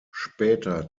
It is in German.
später